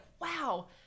wow